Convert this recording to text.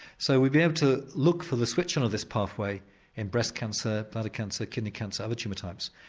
so we've been able to look for the switch on of this pathway in breast cancer, bladder cancer, kidney cancer, other tumour types.